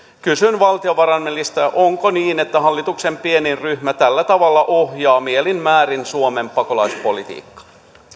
kysyn valtiovarainministeriltä onko niin että hallituksen pienin ryhmä tällä tavalla ohjaa mielin määrin suomen pakolaispolitiikkaa